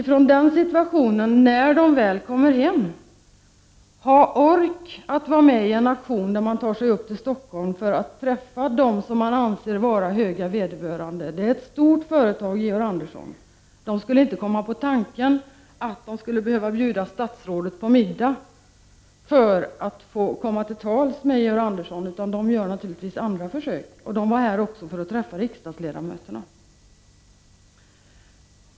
Att i denna situation, alltså när de väl kommit hem, ha ork att vara med i en aktion där de tar sig upp till Stockholm för att träffa dem som de anser vara ”höga vederbörande” är ett stort företag, Georg Andersson. De skulle inte komma på tanken att behöva bjuda statsrådet på middag för att få komma till tals med Georg Andersson. De gör naturligtvis andra försök. De var här också för att få träffa riksdagsledamöterna.